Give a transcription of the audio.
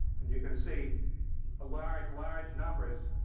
and you can see large large numbers,